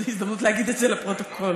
זו הזדמנות להגיד את זה לפרוטוקול.